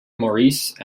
maurice